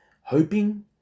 hoping